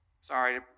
Sorry